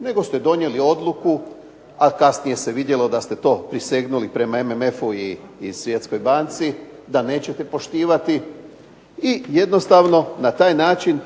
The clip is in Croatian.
nego ste donijeli odluku, a kasnije se vidjelo da ste to prisegnuli prema MMF-u i Svjetskoj banci da nećete poštivati, i jednostavno na taj način